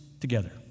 together